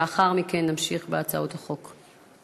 לאחר מכן נמשיך בהצעות החוק.